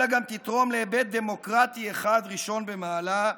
אלא גם תתרום להיבט דמוקרטי אחד, ראשון במעלה,